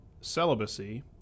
Celibacy